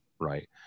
right